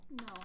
No